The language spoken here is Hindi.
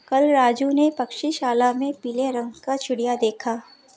कल राजू ने पक्षीशाला में पीले रंग की चिड़िया देखी